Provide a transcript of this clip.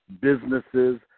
businesses